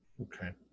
Okay